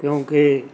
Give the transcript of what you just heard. ਕਿਉਂਕਿ